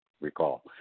recall